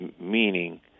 meaning